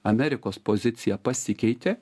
amerikos pozicija pasikeitė